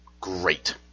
great